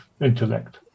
Intellect